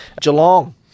Geelong